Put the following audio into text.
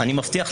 אני אודי רונן,